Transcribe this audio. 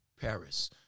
Paris